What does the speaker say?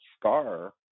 scar